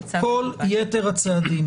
כל יתר הצעדים